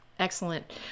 Excellent